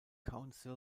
council